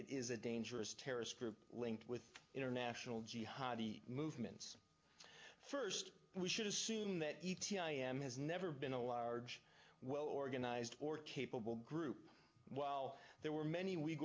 it is a dangerous terrorist group linked with international jihadi movements first we should assume that e t a i am has never been a large well organized or capable group while there were many we